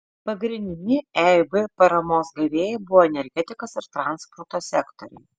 pagrindiniai eib paramos gavėjai buvo energetikos ir transporto sektoriai